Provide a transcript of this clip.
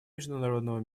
международного